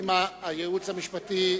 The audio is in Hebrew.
אם כך,